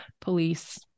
police